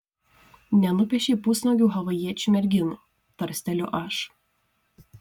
nenupiešei pusnuogių havajiečių merginų tarsteliu aš